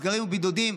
סגרים ובידודים,